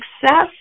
success